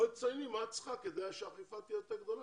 מה את צריכה כדי שהאכיפה תהיה יותר גדולה.